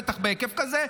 בטח בהיקף כזה.